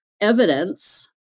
evidence